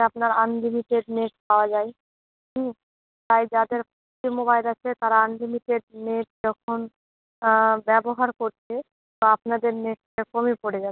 আপনার unlimited net পাওয়া যায় হুম তাই যাদের জি মোবাইল আছে তারা আনলিমিটেড নেট যখন ব্যবহার করছে আপনাদের নেটটা কমই পড়ে যাচ্ছে